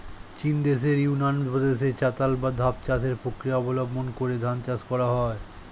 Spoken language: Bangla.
চীনদেশের ইউনান প্রদেশে চাতাল বা ধাপ চাষের প্রক্রিয়া অবলম্বন করে ধান চাষ করা হয়